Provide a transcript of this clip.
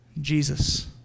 Jesus